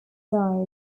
died